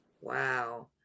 wow